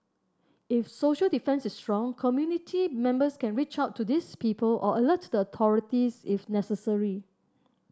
if social defence is strong community members can reach out to these people or alert the authorities if necessary